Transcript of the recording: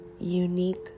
unique